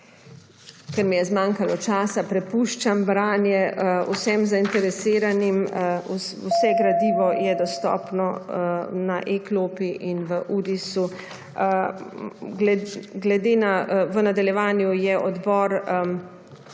Ker mi je zmanjkalo časa, prepuščam branje vsem zainteresiranim. Vse gradivo je dostopno na e-klopi in v UDIS-u. V nadaljevanju je odbor